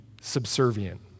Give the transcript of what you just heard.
subservient